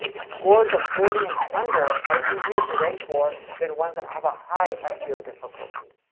scores of forty and under are easier to rank for than ones that have a high ah seo difficulty.